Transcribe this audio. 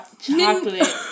Chocolate